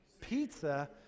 Pizza